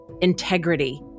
integrity